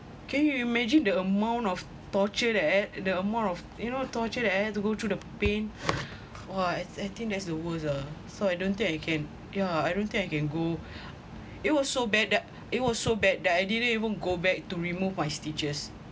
can you imagine the amount of torture that the amount of you know torture the I have to go through the pain !whoa! I I think that's worst ah so I don't think I can yeah I don't think I can go it was so bad that it was so bad that I didn't even go back to remove my stitches